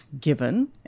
given